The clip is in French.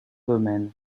domaines